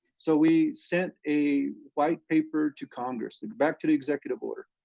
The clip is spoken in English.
so we sent a white paper to congress and back to the executive order.